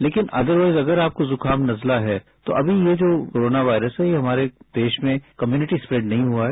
लेकिन अदरवाइज आपको जुकाम नजला है तो अभी जो ये कोरोना वायरस है ये हमारे देश में कम्युनिटी स्प्रेड नहीं हुआ है